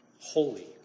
Holy